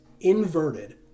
inverted